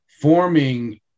forming